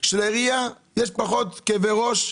שלעירייה יש פחות כאב ראש.